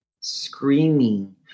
screaming